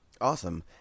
Awesome